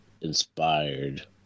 inspired